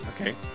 Okay